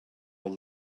all